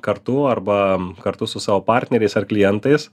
kartu arba kartu su savo partneriais ar klientais